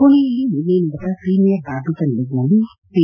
ಪುಣೆಯಲ್ಲಿ ನಿನ್ನೆ ನಡೆದ ಪ್ರೀಮಿಯರ್ ಬ್ಯಾಡ್ಲಿಂಟನ್ ಲೀಗ್ ನಲ್ಲಿ ಪಿ